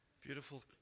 beautiful